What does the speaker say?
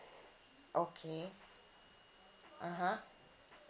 okay (uh huh)